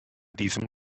diesem